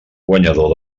guanyador